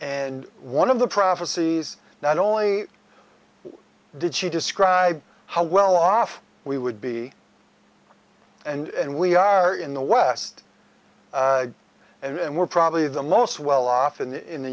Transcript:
and one of the prophecies not only did she describe how well off we would be and we are in the west and we're probably the most well off in the in the